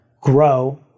grow